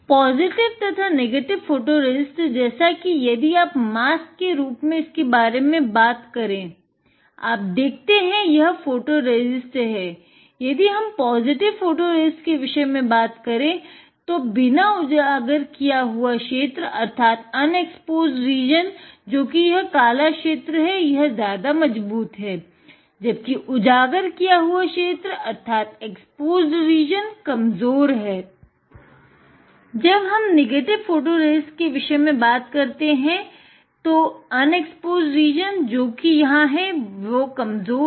positive तथा negative photoresist कमज़ोर है जब हम नेगेटिव फोटोरेसिस्ट के विषय में बात करते है तो बिना उजागर किया हुआ क्षेत्र अर्थात अनएक्सपोस्ड रीजन कमज़ोर है